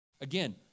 Again